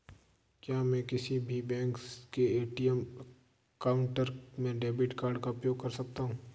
क्या मैं किसी भी बैंक के ए.टी.एम काउंटर में डेबिट कार्ड का उपयोग कर सकता हूं?